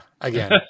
Again